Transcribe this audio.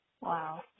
Wow